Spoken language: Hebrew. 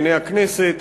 לעיני הכנסת.